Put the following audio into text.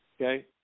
Okay